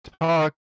talk